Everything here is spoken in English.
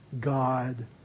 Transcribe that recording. God